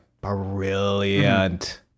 brilliant